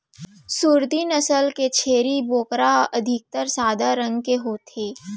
सूरती नसल के छेरी बोकरा ह अधिकतर सादा रंग के होथे